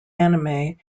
anime